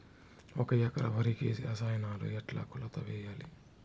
ఒక ఎకరా వరికి రసాయనాలు ఎట్లా కొలత వేయాలి?